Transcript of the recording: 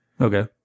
Okay